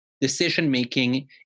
Decision-making